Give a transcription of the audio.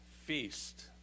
feast